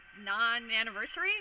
non-anniversary